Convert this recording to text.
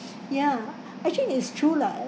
ya actually it's true lah